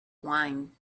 wine